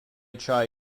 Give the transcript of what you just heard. chai